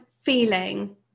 feeling